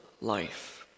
life